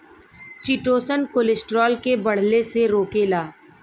chitosan cholesterol के बढ़ले से रोकेला